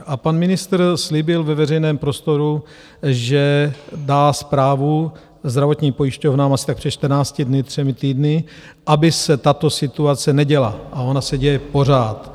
A pan ministr slíbil ve veřejném prostoru, že dá zprávu zdravotním pojišťovnám, asi tak před čtrnácti dny, třemi týdny, aby se tato situace neděla, a ona se děje pořád.